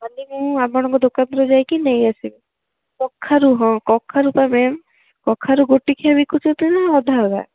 କାଲି ମୁଁ ଆପଣଙ୍କ ଦୋକାନକୁ ଯାଇକି ନେଇ ଆସିବି କଖାରୁ ହଁ କଖାରୁ ପରା ମେନ୍ କଖାରୁ ଗୋଟିକିଆ ବିକୁଛନ୍ତି ନା ଅଧା ଅଧା